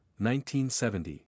1970